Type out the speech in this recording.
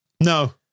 No